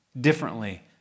differently